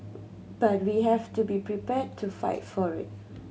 but we have to be prepared to fight for it